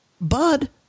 Bud